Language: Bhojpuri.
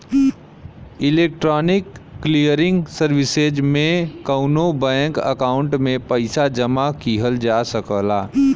इलेक्ट्रॉनिक क्लियरिंग सर्विसेज में कउनो बैंक अकाउंट में पइसा जमा किहल जा सकला